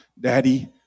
Daddy